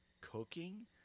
cooking